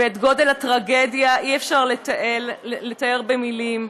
ואת גודל הטרגדיה אי-אפשר לתאר במילים,